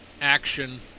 action